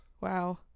Wow